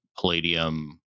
Palladium